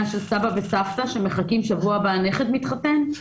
של סבא וסבתא שמחכים שבוע כי הנכד מתחתן,